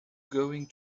going